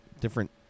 different